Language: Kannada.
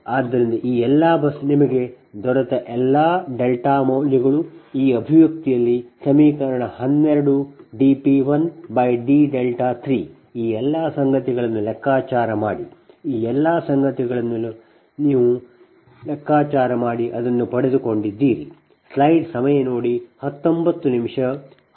ಆದ್ದರಿಂದ ಈ ಎಲ್ಲಾ ಬಸ್ ನಿಮಗೆ ದೊರೆತ ಎಲ್ಲಾ ಡೆಲ್ಟಾ ಮೌಲ್ಯಗಳು ಈ ಅಭಿವ್ಯಕ್ತಿಯಲ್ಲಿ ಸಮೀಕರಣ 12 dP 1 dδ 3 ಈ ಎಲ್ಲ ಸಂಗತಿಗಳನ್ನು ಲೆಕ್ಕಾಚಾರ ಮಾಡಿ ಈ ಎಲ್ಲ ಸಂಗತಿಗಳನ್ನು ಲೆಕ್ಕಾಚಾರ ಮಾಡಿ ನೀವು ಅದನ್ನು ಪಡೆದುಕೊಂಡಿದ್ದೀರಿ